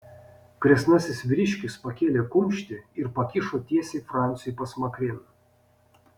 kresnasis vyriškis pakėlė kumštį ir pakišo tiesiai franciui pasmakrėn